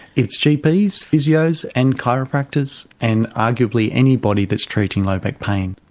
it's gps, physios and chiropractors, and arguably anybody that's treating low back pain.